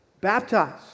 baptized